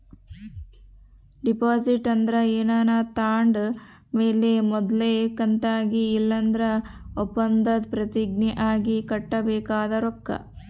deposit ಅಂದ್ರ ಏನಾನ ತಾಂಡ್ ಮೇಲೆ ಮೊದಲ್ನೇ ಕಂತಾಗಿ ಇಲ್ಲಂದ್ರ ಒಪ್ಪಂದುದ್ ಪ್ರತಿಜ್ಞೆ ಆಗಿ ಕಟ್ಟಬೇಕಾದ ರೊಕ್ಕ